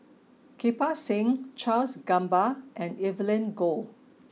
Kirpal Singh Charles Gamba and Evelyn Goh